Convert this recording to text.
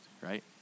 Right